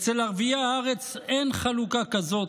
אצל ערביי הארץ אין חלוקה כזאת.